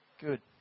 Good